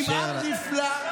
עם עם נפלא,